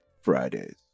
Fridays